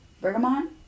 Bergamot